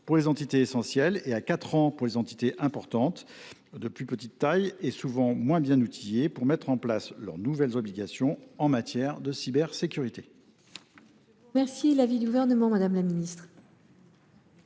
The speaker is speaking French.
pour les entités essentielles et à quatre ans pour les entités importantes, qui sont de plus petite taille et souvent moins bien outillées pour mettre en place leurs nouvelles obligations en matière de cybersécurité. Quel est l’avis du Gouvernement ? Nous avons eu